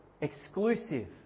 exclusive